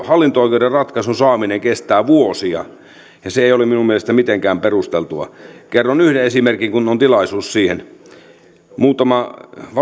hallinto oikeuden ratkaisun saaminen kestää vuosia ja se ei ole minun mielestäni mitenkään perusteltua kerron yhden esimerkin kun on tilaisuus siihen muutamaa